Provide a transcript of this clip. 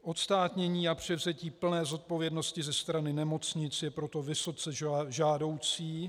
Odstátnění a převzetí plné zodpovědnosti ze strany nemocnic je proto vysoce žádoucí.